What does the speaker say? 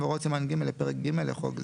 והוראות סימן ג' לפרק ג' לחוק זה,